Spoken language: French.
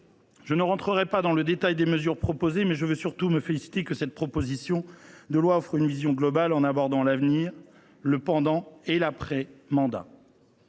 Je n’entrerai pas dans le détail des mesures proposées. Je veux surtout me féliciter que cette proposition de loi offre une vision globale en abordant l’avant mandat, le mandat